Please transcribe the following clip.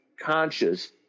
conscious